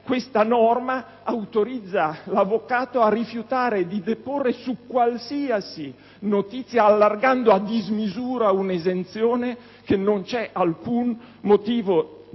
come è formulata, autorizza l'avvocato a rifiutare di deporre su qualsiasi notizia, allargando a dismisura un'esenzione che non c'è alcun motivo